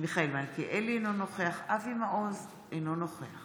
מיכאל מלכיאלי, אינו נוכח אבי מעוז, אינו נוכח